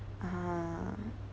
ah